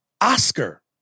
Oscar